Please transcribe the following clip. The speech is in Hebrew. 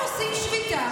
מישהו אמר דבר כזה?